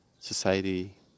Society